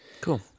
cool